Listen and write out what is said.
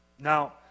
Now